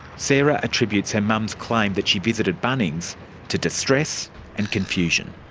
sarah attributes her mum's claim that she visited bunnings to distress and confusion.